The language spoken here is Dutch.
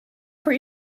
voor